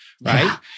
Right